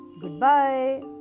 Goodbye